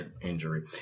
Injury